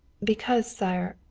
because, sire,